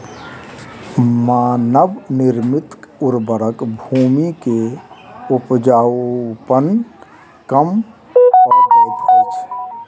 मानव निर्मित उर्वरक भूमि के उपजाऊपन कम कअ दैत अछि